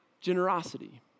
generosity